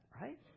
right